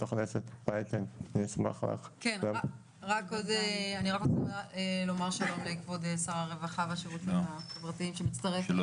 אני רוצה לומר שלום לכבוד שר הרווחה והשירותים החברתיים שמצטרף אלינו,